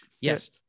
Yes